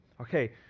Okay